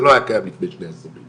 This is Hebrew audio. זה לא היה קיים לפני שני עשורים,